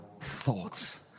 thoughts